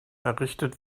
errichtet